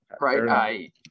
Right